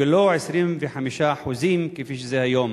ולא 25% כפי שזה היום?